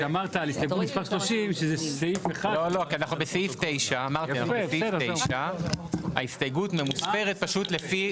אנחנו בסעיף 9. ההסתייגות ממוספרת לפי